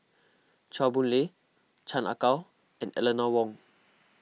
Chua Boon Lay Chan Ah Kow and Eleanor Wong